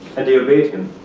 and they obeyed him,